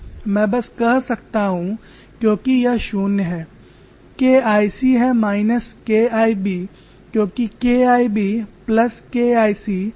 मैं बस कह सकता हूं क्योंकि यह शून्य है K I c है माइनस K I b क्योंकि K I b plus K I c शून्य के बराबर है